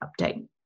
update